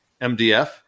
MDF